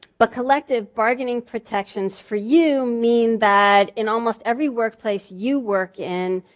but collective bargaining protections for you mean that in almost every workplace you work in,